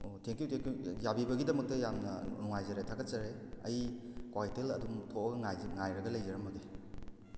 ꯑꯣ thank you thank you ꯌꯥꯕꯤꯕꯒꯤꯗꯃꯛꯇ ꯌꯥꯝꯅ ꯅꯨꯡꯉꯥꯏꯖꯔꯦ ꯊꯥꯒꯠꯆꯔꯤ ꯑꯩ ꯀ꯭ꯋꯥꯀꯩꯊꯦꯜ ꯑꯗꯨꯝ ꯊꯣꯛꯑꯒ ꯉꯥꯏꯔꯒ ꯂꯩꯖꯔꯝꯂꯒꯦ